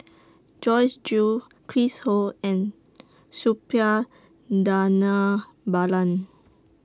Joyce Jue Chris Ho and Suppiah Dhanabalan